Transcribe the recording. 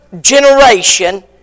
generation